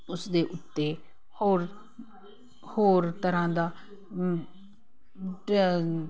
ਉਸ ਦੇ ਉੱਤੇ ਹੋਰ ਹੋਰ ਤਰ੍ਹਾਂ ਦਾ ਡ